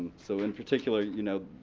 so, in particular, you know,